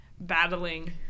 battling